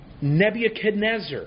Nebuchadnezzar